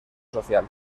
social